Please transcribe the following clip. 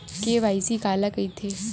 KYC काला कइथे?